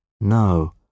No